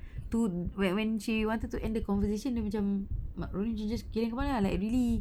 to when when she wanted to end the conversation then dia macam rodney ju~ just kidding why lah like really